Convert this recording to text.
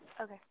Okay